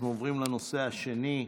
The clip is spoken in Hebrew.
אנחנו עוברים לנושא השני,